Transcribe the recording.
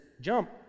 jump